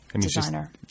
designer